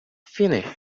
finished